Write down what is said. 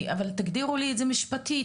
אבל תגדירו לי את זה משפטית,